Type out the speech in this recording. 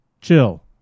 chill